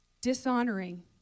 dishonoring